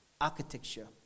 architecture